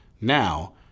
now